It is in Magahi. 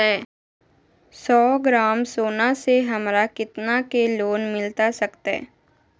सौ ग्राम सोना से हमरा कितना के लोन मिलता सकतैय?